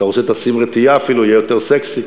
אתה רוצה, תשים רטייה אפילו, יהיה יותר סקסי.